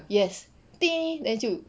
yes then 就